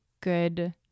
good